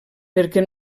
perquè